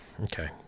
Okay